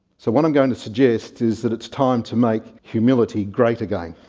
so what i'm going to suggest is that it's time to make humility great again.